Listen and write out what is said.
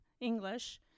English